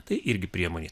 tai irgi priemonė